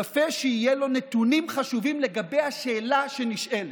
יפה שיהיו בו נתונים חשובים לגבי השאלה שנשאלה.